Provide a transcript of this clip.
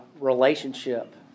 relationship